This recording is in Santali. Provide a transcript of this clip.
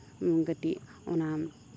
ᱠᱟᱹᱴᱤᱡ ᱚᱱᱟ